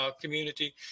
community